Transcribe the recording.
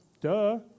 Duh